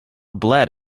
bled